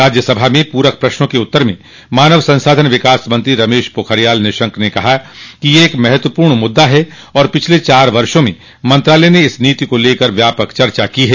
राज्यसभा में पूरक प्रश्नों के उत्तर में मानव संसाधन विकास मंत्री रमेश पोखरियाल निशंक ने कहा कि यह एक महत्वपूर्ण मुद्दा है और पिछले चार वर्षों में मंत्रालय ने इस नीति को लेकर व्यापक चर्चा की है